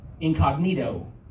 incognito